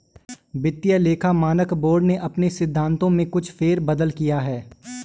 वित्तीय लेखा मानक बोर्ड ने अपने सिद्धांतों में कुछ फेर बदल किया है